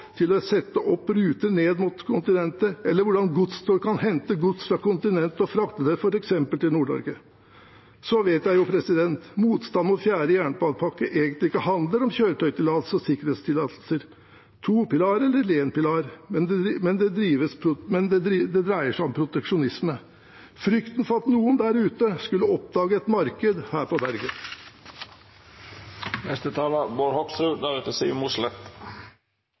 til å sette opp ruter ned mot kontinentet, eller hvordan godstog kan hente gods fra kontinentet og frakte det til f.eks. Nord-Norge. Så vet jeg jo at motstanden mot fjerde jernbanepakke egentlig ikke handler om kjøretøytillatelser og sikkerhetssertifikater, topilar eller énpilar, men at det dreier seg om proteksjonisme, frykten for at noen der ute skulle oppdage et marked her på berget.